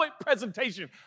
presentation